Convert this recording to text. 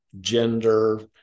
gender